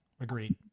Agreed